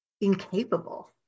incapable